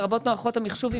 לרבות מערכות המחשוב,